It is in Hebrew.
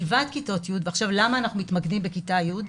למה אנחנו מתמקדים בכיתה י'?